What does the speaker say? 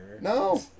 No